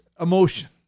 emotion